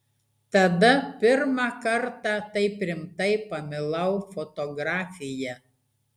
tada pirmą kartą taip rimtai pamilau fotografiją